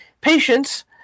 patients